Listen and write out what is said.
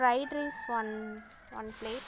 fried rice one one plate